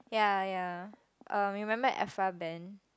ya ya uh remember Aphra-Behn